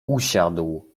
usiadł